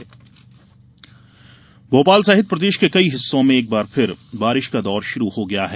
मौसम भोपाल सहित प्रदेश के कई हिस्सों में एक बार फिर बारिश का दौर शुरू हो गया है